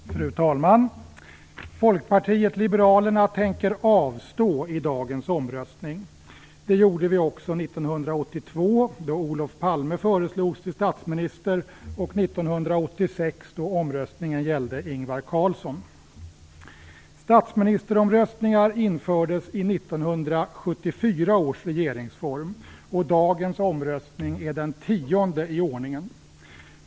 Fru talman! Folkpartiet liberalerna tänker avstå i dagens omröstning. Det gjorde vi också 1982 då Olof Statsministeromröstningar infördes i 1974 års regeringsform, och dagens omröstning är den tionde i ordningen.